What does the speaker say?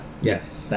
Yes